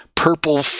purple